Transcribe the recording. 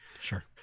Sure